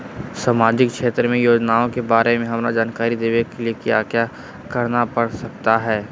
सामाजिक क्षेत्र की योजनाओं के बारे में हमरा जानकारी देने के लिए क्या क्या करना पड़ सकता है?